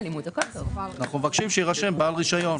אנחנו מבקשים שיירשם בעל רישיון.